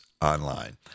online